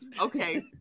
Okay